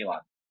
धन्यवाद